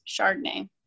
Chardonnay